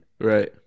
right